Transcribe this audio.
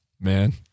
Man